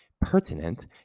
Pertinent